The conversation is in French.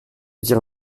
dire